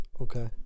Okay